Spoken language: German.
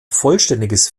vollständiges